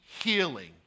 healing